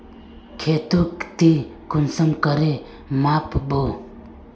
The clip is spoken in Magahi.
खेतोक ती कुंसम करे माप बो?